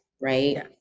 right